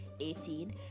18